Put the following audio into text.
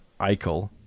Eichel